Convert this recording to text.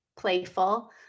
playful